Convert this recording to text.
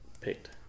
picked